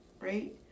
right